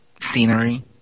scenery